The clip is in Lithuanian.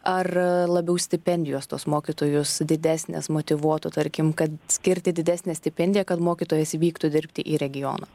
ar labiau stipendijos tuos mokytojus didesnės motyvuotų tarkim kad skirti didesnę stipendiją kad mokytojas vyktų dirbti į regioną